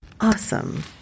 Awesome